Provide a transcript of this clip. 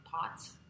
pots